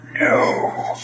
No